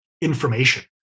information